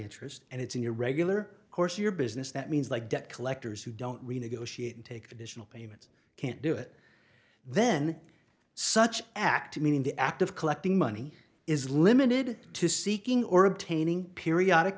interest and it's in your regular course your business that means like debt collectors who don't renegotiate and take additional payments can't do it then such act meaning the act of collecting money is limited to seeking or obtaining periodic